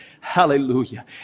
Hallelujah